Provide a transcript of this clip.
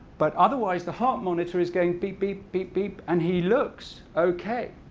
but otherwise the heart monitor is going beep, beep, beep, beep, and he looks ok.